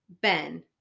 Ben